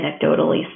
anecdotally